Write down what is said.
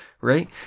right